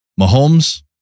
Mahomes